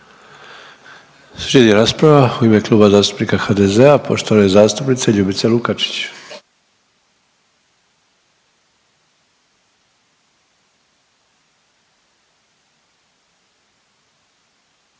Slijedi rasprava u ime Kluba zastupnika HDZ-a, poštovane zastupnice Ljubice Lukačić.